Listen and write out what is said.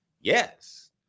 Yes